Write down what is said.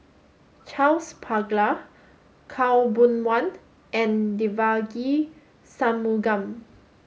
Charles Paglar Khaw Boon Wan and Devagi Sanmugam